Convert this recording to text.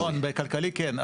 נכון, בכלכלי כן.